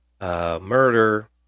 murder